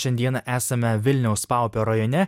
šiandieną esame vilniaus paupio rajone